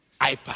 iPad